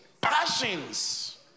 passions